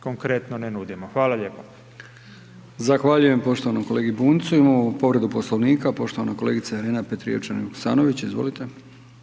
konkretno ne nudimo. Hvala lijepo. **Brkić, Milijan (HDZ)** Zahvaljujem poštovanom kolegi Bunjcu, imamo povredu Poslovnika, poštovana kolegica Irena Petrijevčanin Vuksanović, izvolite.